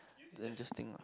then just think lah